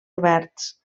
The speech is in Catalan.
oberts